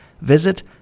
Visit